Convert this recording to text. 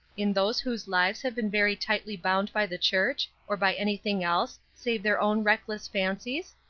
in those whose lives have been very tightly bound by the church, or by anything else, save their own reckless fancies?